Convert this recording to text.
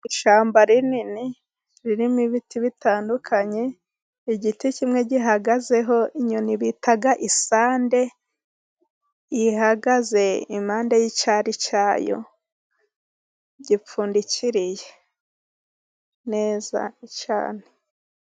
Ishyamba rinini ririmo ibiti bitandukanye. Igiti kimwe gihagazeho inyoni bita isande. Ihagaze impande y'icyari cyayo gipfundikiriye neza cyane.